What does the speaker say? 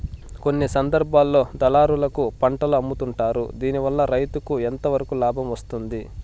కొన్ని సందర్భాల్లో దళారులకు పంటలు అమ్ముతుంటారు దీనివల్ల రైతుకు ఎంతవరకు లాభం వస్తుంది?